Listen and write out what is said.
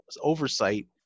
oversight